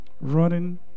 running